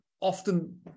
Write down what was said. often